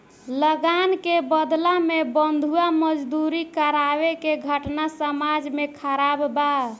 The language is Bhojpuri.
लगान के बदला में बंधुआ मजदूरी करावे के घटना समाज में खराब बा